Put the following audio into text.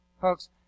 folks